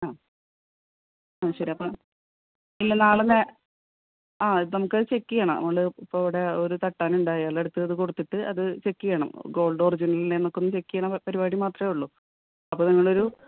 ആ ആ ശരി അപ്പം ഇല്ല നാളെ ആ അത് നമുക്കത് ചെക്ക് ചെയ്യണം അതുകൊണ്ട് ഇപ്പോൾ ഇവിടെ ഒരു തട്ടാനുണ്ട് അയാളുടെ അടുത്ത് ഇത് കൊടുത്തിട്ട് അത് ചെക്ക് ചെയ്യണം ഗോൾഡ് ഒറിജിനൽ തന്നെയാണോ എന്നൊക്കെയൊന്ന് ചെക്ക് ചെയ്യുന്ന പരിപാടി മാത്രമേയുള്ളു അപ്പോൾ നിങ്ങളൊരു